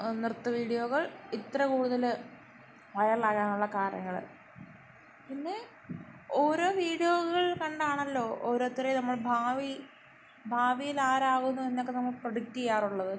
ആ നൃത്ത വീഡിയോകൾ ഇത്ര കൂടുതൽ വൈറലാകാനുള്ള കാര്യങ്ങൾ പിന്നെ ഓരോ വീഡിയോകൾ കണ്ടാണല്ലോ ഓരോരുത്തരെ നമ്മൾ ഭാവി ഭാവിയിലാരാകുന്നു എന്നൊക്കെ നമ്മൾ പ്രെഡിക്റ്റ് ചെയ്യാറുള്ളത്